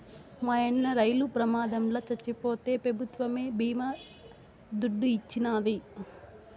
మాయన్న రైలు ప్రమాదంల చచ్చిపోతే పెభుత్వమే బీమా దుడ్డు ఇచ్చినాది